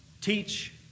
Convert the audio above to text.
teach